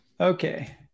Okay